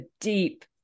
deep